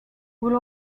will